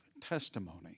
testimony